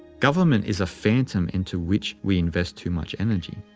government is a phantom into which we invest too much energy.